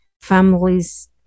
families